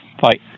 Bye